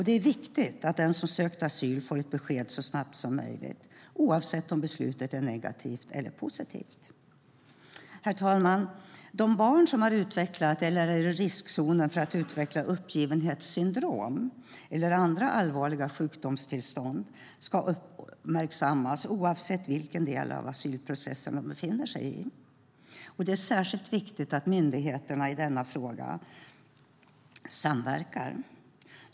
Det är viktigt att den som har sökt asyl får ett besked så snabbt som möjligt, oavsett om beslutet är negativt eller positivt. Herr talman! De barn som har utvecklat eller är i riskzonen för att utveckla uppgivenhetssyndrom eller andra allvarliga sjukdomstillstånd ska uppmärksammas, oavsett vilken del av asylprocessen de befinner sig i. Det är särskilt viktigt att myndigheterna samverkar i denna fråga.